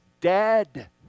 dead